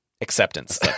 acceptance